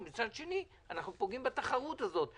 ומצד שני אנחנו פוגעים בתחרות הזאת,